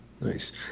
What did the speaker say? Nice